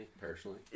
personally